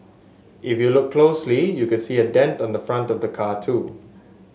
if you look closely you could see a dent on the front of the car too